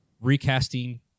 recasting